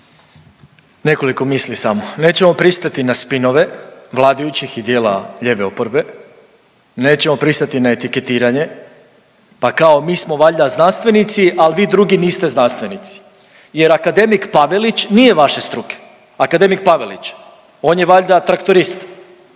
Nekoliko misli samo, nećemo pristati na spinove vladajućih i djela lijeve oporbe, nećemo pristati na etiketiranje, pa kao mi smo valjda znanstvenici, al vi drugi niste znanstvenici jer akademik Pavelić nije vaše struke, akademik Pavelić, on je valjda traktorista.